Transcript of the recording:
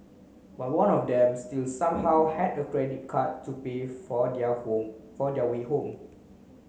but one of them still somehow had a credit card to pay for their home for their way home